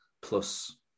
plus